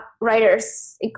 writers